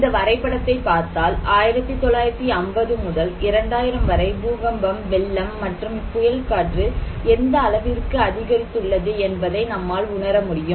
இந்த வரைபடத்தைப் பார்த்தால் 1950 முதல் 2000 வரை பூகம்பம் வெள்ளம் மற்றும் புயல் காற்று எந்த அளவிற்கு அதிகரித்துள்ளது என்பதை நம்மால் உணர முடியும்